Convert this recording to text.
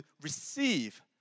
receive